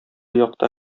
якта